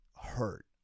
hurt